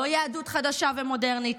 לא יהדות חדשה ומודרנית,